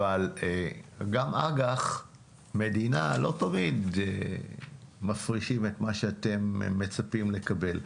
אבל גם באג"ח מדינה לא תמיד מפרישים את מה שאתם מצפים לקבל,